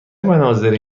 مناظری